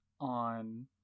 on